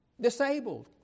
Disabled